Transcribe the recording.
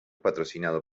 patrocinado